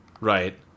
Right